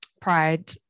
pride